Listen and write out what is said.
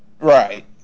Right